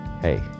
hey